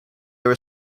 were